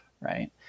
right